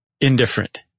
indifferent